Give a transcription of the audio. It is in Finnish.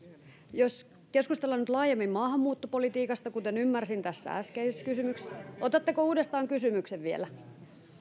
jos keskustellaan nyt laajemmin maahanmuuttopolitiikasta kuten ymmärsin tästä äskeisestä kysymyksestä otatteko uudestaan kysymyksen vielä